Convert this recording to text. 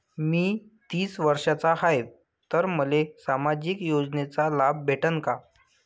मी तीस वर्षाचा हाय तर मले सामाजिक योजनेचा लाभ भेटन का?